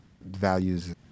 values